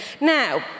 Now